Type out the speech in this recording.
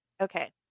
okay